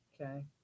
Okay